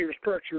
structure